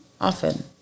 often